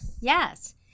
Yes